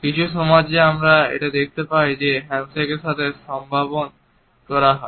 কিছু সমাজে আমরা এটাও দেখতে পাই যে হ্যান্ডশেকের সাথে সম্ভাষণ করা হয়